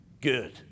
Good